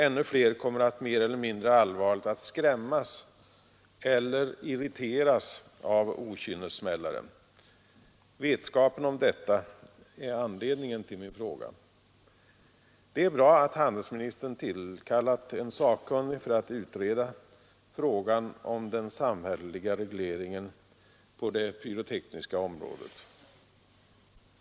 Ännu fler kommer att mer eller mindre allvarligt skrämmas eller irriteras av okynnessmällare. Vetskapen om detta är anledningen till min fråga. Det är bra att handelsministern har tillkallat en sakkunnig för att utreda frågan om den samhälleliga regleringen på det pyrotekniska området.